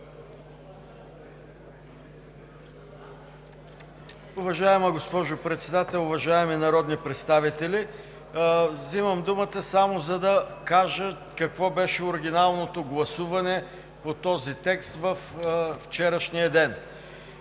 Уважаема госпожо Председател, уважаеми народни представители! Взимам думата само за да кажа какво беше оригиналното гласуване по този текст във вчерашния ден: